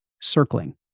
circling